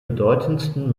bedeutendsten